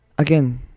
Again